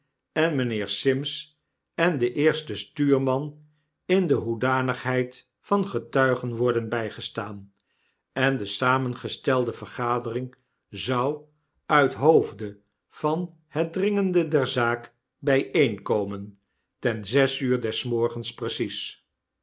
en mynheer sims en den eersten stuurman in de hoedanigheid van getuigen worden bygestaan en de samengestelde vergadering zou uithoofde van het dringende der zaak bijeenkomen ten zes uur des morgens precies